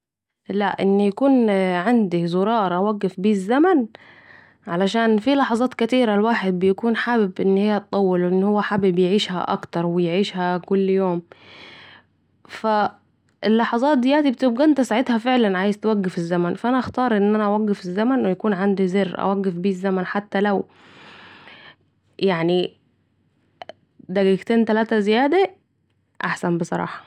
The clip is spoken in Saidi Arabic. لأ يكون عندي زرار اوقف بيه الزمن ، علشان في لحظات كتيره الواحد بيكون حابب أن هي تطول، ان هو عايز يعيشها اكتر و يعيشها كل يوم، فا اللحظات دياتي بتبقي أنت ساعتها فعلاً بتبقي عايز توفق الزمن ، فا أنا أختار أن اوقف الزمن... يكون عندي زر اوقف بيه الزمن حتي لو يعني دقيقتين تلاته زيادة احسن بصراحه